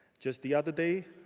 just the other day,